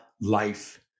Life